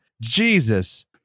jesus